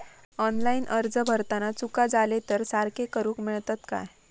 Online अर्ज भरताना चुका जाले तर ते सारके करुक मेळतत काय?